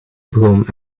begon